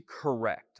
correct